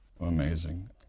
Amazing